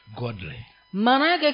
godly